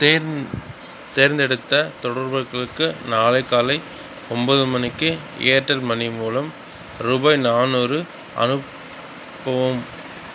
தேர்ந் தேர்ந்தெடுத்த தொடர்புகளுக்கு நாளை காலை ஒம்பது மணிக்கு ஏர்டெல் மணி மூலம் ரூபாய் நானூறு அனுப்பவும்